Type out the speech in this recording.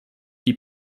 die